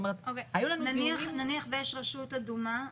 נניח שיש רשות אדומה,